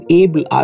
able